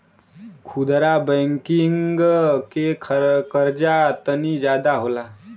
खुदरा बैंकिंग के कर्जा तनी जादा होला